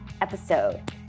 episode